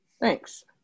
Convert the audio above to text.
Thanks